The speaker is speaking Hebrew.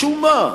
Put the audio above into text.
משום מה,